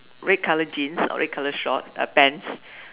red colour jeans or red colour short uh pants